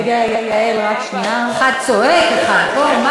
אחד צועק, אחד פה.